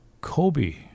Kobe